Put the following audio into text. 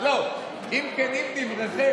אם כנים דבריכם,